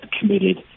committed